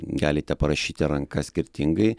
galite parašyti ranka skirtingai